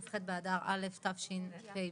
כ"ח באדר א' תשפ"ב.